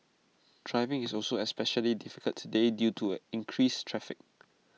driving is also especially difficult today due to increased traffic